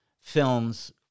films